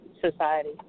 society